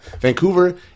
Vancouver